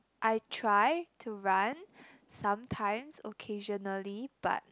I try to run sometimes occasionally but